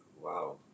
Wow